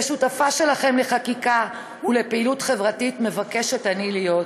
ושותפה שלכם לחקיקה ולפעילות חברתית מבקשת אני להיות.